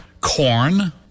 corn